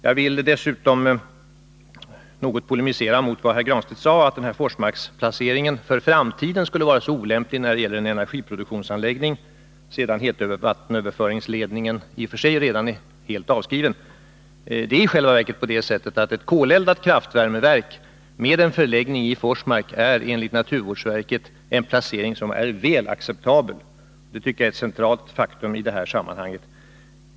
Jag vill dessutom något polemisera mot Pär Granstedts uppgift att Forsmark skulle vara en för framtiden olämplig placering när det gäller en energiproduktionsanläggning -— låt vara att hetvattenöverföringsledningen då är helt avskriven. Ett koleldat kraftvärmeverk i Forsmark är enligt naturvårdsverket en väl acceptabel placering. Det tycker jag är ett centralt faktum i detta sammanhang.